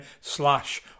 slash